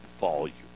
volume